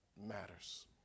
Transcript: matters